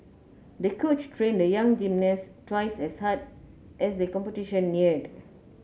the coach trained the young gymnast twice as hard as the competition neared